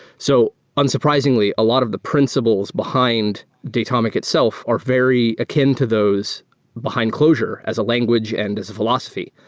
so unsurprisingly, a lot of the principles behind datomic itself are very akin to those behind clojure as a language and as a philosophy.